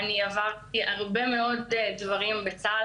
עברתי הרבה מאוד דברים בצה"ל